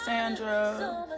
Sandra